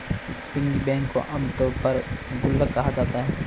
piggy bank को आमतौर पर गुल्लक कहा जाता है